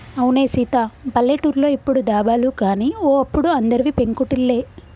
అవునే సీత పల్లెటూర్లో ఇప్పుడు దాబాలు గాని ఓ అప్పుడు అందరివి పెంకుటిల్లే